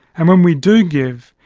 and when we do give,